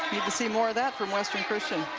you can see more of that from western christian.